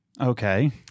Okay